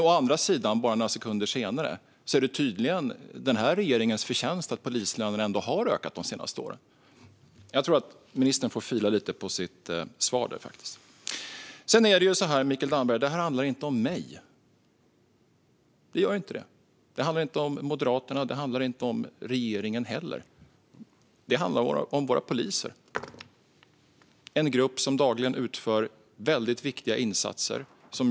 Å andra sidan bara några sekunder senare är det tydligen regeringens förtjänst att polislönerna ändå har ökat de senaste åren. Jag tror att ministern får fila lite på sitt svar. Det handlar inte om mig, Mikael Damberg. Det gör inte det. Det handlar inte heller om Moderaterna eller regeringen. Det handlar om våra poliser. Det är en grupp som dagligen utför väldigt viktiga insatser.